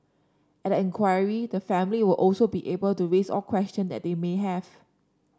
at the inquiry the family will also be able to raise all question that they may have